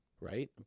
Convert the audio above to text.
right